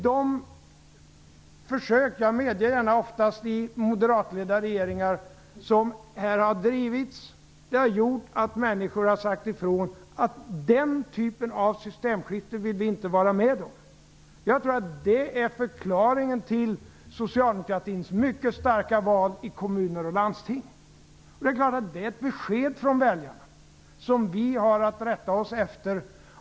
De försök som har gjorts, ofta i moderatledda regeringar - det medger jag gärna - har gjort att människor har sagt ifrån att de inte vill vara med om den typen av systemskifte. Det tror jag är förklaringen till att socialdemokraterna gjorde ett mycket starkt val i kommuner och landsting. Det är klart att det är ett besked från väljarna som vi har att rätta oss efter.